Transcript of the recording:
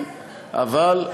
אבל היה